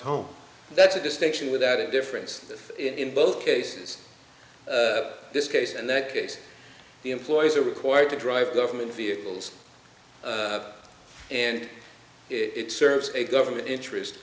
home that's a distinction without a difference in both cases this case and that case the employees are required to drive government vehicles and it serves a government interest